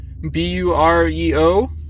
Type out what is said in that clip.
B-U-R-E-O